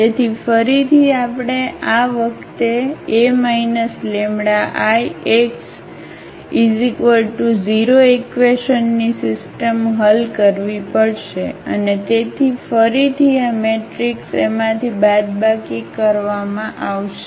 તેથી ફરીથી આપણે આ વખતેA λIx0 ઈક્વેશનની સિસ્ટમ હલ કરવી પડશે અને તેથી ફરીથી આ મેટ્રિક્સ એમાંથી બાદબાકી કરવામાં આવશે